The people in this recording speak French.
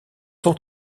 son